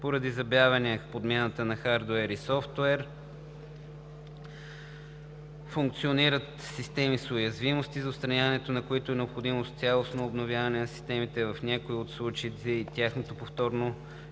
Поради забавяне подмяната на хардуер и софтуер функционират системи с уязвимости, за отстраняването на които е необходимо цялостно обновяване на системите, а в някои от случаите и тяхното повторно